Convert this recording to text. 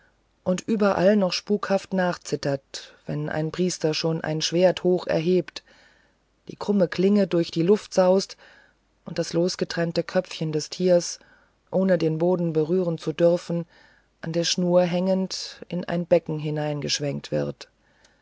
und überall noch spukhaft nachzittert wenn ein priester schon ein schwert hoch erhebt die krumme klinge durch die luft saust und das losgetrennte köpfchen des tieres ohne den boden berühren zu dürfen an der schnur hängend in ein becken hineingeschwenkt wird